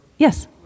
Yes